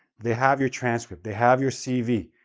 they have your transcript, they have your cv,